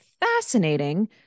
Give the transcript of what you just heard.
fascinating